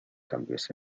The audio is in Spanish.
cambios